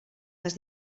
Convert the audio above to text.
les